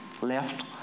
left